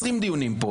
גדולה.